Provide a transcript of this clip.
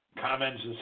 Comments